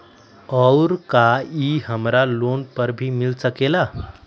और का इ हमरा लोन पर भी मिल सकेला?